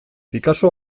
picasso